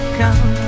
come